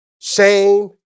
Shame